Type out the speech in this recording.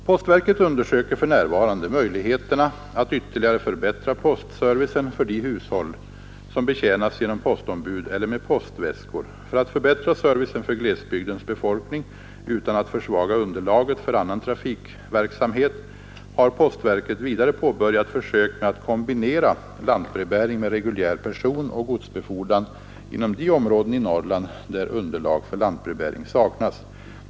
Postverket undersöker för närvarande möjligheterna att ytterligare förbättra postservicen för de hushåll som betjänas genom postombud eller med postväskor. För att förbättra servicen för glesbygdens befolkning utan att försvaga underlaget för annan trafikverksamhet har postverket vidare påbörjat försök med att kombinera lantbrevbäring med reguljär personoch godsbefordran inom de områden i Norrland där underlag för lantbrevbäring saknas.